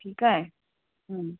ठीकु आहे हम्म